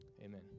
Amen